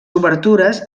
obertures